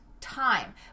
time